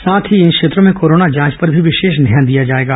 साथ ही इन क्षेत्रों में कोरोना जांच पर भी विशेष ध्यान दिया जाएगा